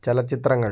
ചലച്ചിത്രങ്ങൾ